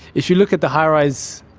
if you look at the high-rise,